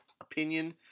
opinion